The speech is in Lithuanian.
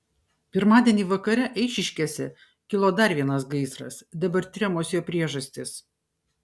pirmadienį vakare eišiškėse kilo dar vienas gaisras dabar tiriamos jo priežastys